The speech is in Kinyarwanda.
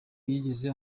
yigeze